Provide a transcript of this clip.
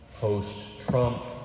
post-Trump